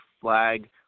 flag